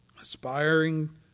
aspiring